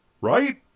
Right